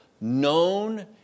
known